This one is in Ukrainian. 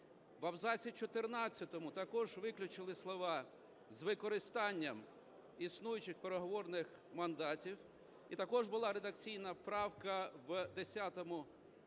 В абзаці чотирнадцятому також виключили слова "з використанням існуючих переговорних мандатів". І також була редакційна правка в